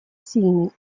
сильный